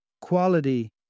quality